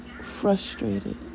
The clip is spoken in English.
frustrated